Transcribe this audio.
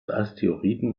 asteroiden